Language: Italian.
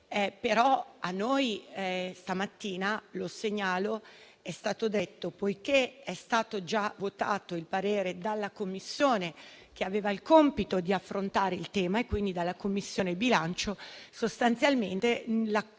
però a noi stamattina - lo segnalo - è stato detto che, poiché era stato già votato il parere dalla Commissione che aveva il compito di affrontare il tema, quindi dalla Commissione bilancio, sostanzialmente la